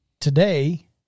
today